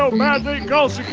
so magnifying goggles